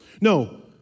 No